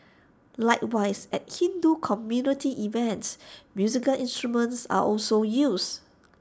likewise at Hindu community events musical instruments are also used